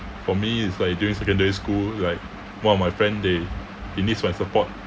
for me it's like during secondary school like one of my friend they he needs my support